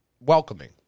welcoming